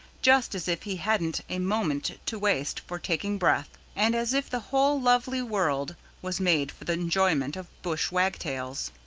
just as if he hadn't a moment to waste for taking breath, and as if the whole lovely world was made for the enjoyment of bush wagtails.